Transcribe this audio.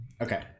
Okay